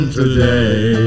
today